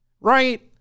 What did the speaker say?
right